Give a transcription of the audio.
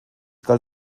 galt